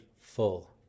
full